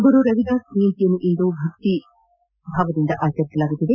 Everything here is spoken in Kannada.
ಗುರು ರವಿದಾಸ್ ಜಯಂತಿಯನ್ನು ಇಂದು ಭಕ್ತಿ ಭಾವದಿಂದ ಆಚರಿಸಲಾಗುತ್ತಿದೆ